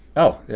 oh, yeah,